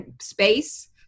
space